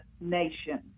nation